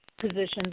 positions